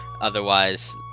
otherwise